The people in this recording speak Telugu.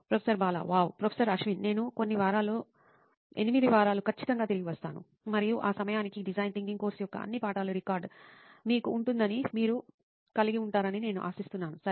professor Bala wow professor Ashwin నేను కొన్ని వారాల్లో 8 వారాలు ఖచ్చితంగా తిరిగి వస్తాను మరియు ఆ సమయానికి ఈ డిజైన్ థింకింగ్ కోర్సు యొక్క అన్ని పాఠాల రికార్డ్ మీకు ఉంటుందని నేను ఆశిస్తున్నాను సరే